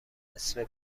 نصفه